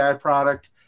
product